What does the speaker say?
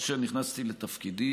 כאשר נכנסתי לתפקידי,